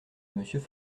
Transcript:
monsieur